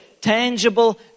tangible